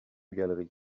galeries